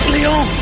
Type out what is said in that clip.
Leon